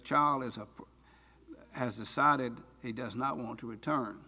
child is a has decided he does not want to return